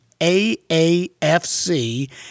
AAFC